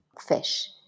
fish